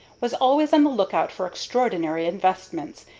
was always on the lookout for extraordinary investments,